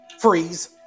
Freeze